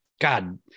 God